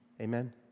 Amen